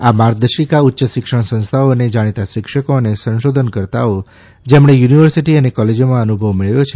આ માર્ગદર્શિકા ઉચ્ચ શૈક્ષણિક સંસ્થાઓને જાણીતા શિક્ષકો અને સંશોધનકર્તાઓ જેમણે યુનિવર્સિટી અને કોલેજોમાં અનુભવ મેળવ્યો છે